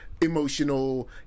emotional